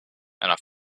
and